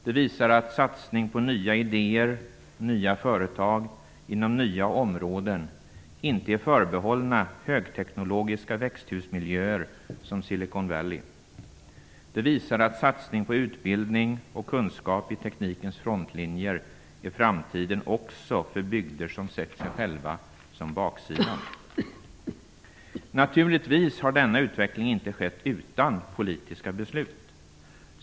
Det visar att satsning på nya idéer och nya företag inom nya områden inte är förbehållna högteknologiska växthusmiljöer som Silicon Valley. Det visar att satsning på utbildning och kunskap i teknikens frontlinjer är framtiden också för bygder som sett sig själva som baksidan. Naturligtvis har denna utveckling inte skett utan politiska beslut.